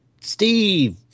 Steve